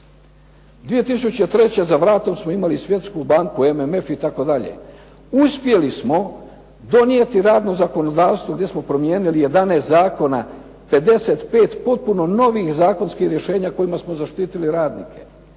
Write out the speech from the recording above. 2003. za vratom smo imali Svjetsku banku, MMF itd. Uspjeli smo donijeti radno zakonodavstvo gdje smo promijenili 11 zakona, 55 potpuno novih zakonskih rješenja kojima smo zaštitili radnike.